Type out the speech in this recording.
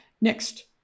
Next